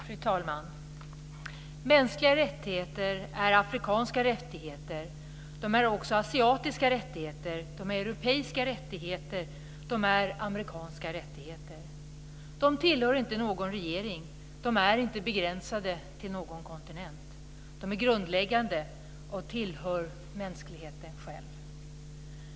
Fru talman! Mänskliga rättigheter är afrikanska rättigheter, de är också asiatiska rättigheter, de är europeiska rättigheter och de är amerikanska rättigheter. De tillhör inte någon regering, de är inte begränsade till någon kontinent. De är grundläggande och tillhör mänskligheten själv.